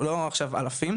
לא עכשיו אלפים,